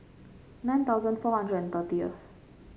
nine thousand four hundred and thirtieth